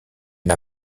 n’a